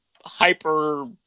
hyper